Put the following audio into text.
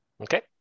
Okay